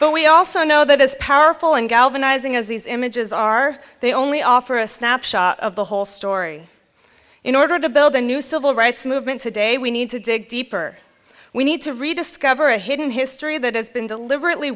but we also know that as powerful and galvanizing as these images are they only offer a snapshot of the whole story in order to build the new civil rights movement today we need to dig deeper we need to rediscover a hidden history that has been deliberately